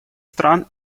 стран